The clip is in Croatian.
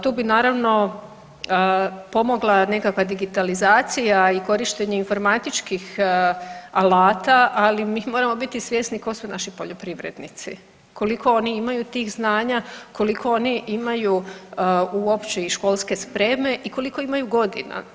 Tu bi naravno pomogla nekakva digitalizacija i korištenje informatičkih alata, ali mi moramo biti svjesni ko su naši poljoprivrednici, koliko oni imaju tih znanja, koliko oni imaju uopće i školske spreme i koliko imaju godina.